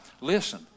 listen